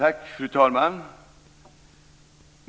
Fru talman!